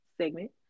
segment